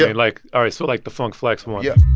yeah like all right, so, like, the funk flex one? yeah